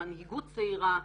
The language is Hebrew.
מנהיגות צעירה,